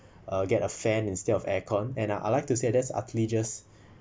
uh get a fan instead of aircon and I'd like to say that's utterly just